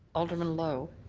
alderman lowe.